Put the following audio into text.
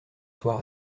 soir